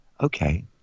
Okay